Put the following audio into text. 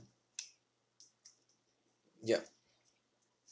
yup